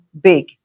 big